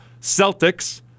Celtics